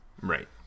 right